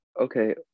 okay